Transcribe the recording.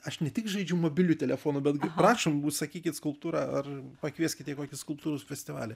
aš ne tik žaidžiu mobiliu telefonu bet prašom užsakykit skulptūrą ar pakvieskite į kokį skulptūros festivalį